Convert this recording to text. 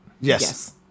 Yes